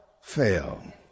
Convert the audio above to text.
fail